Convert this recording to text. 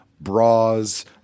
bras